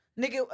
Nigga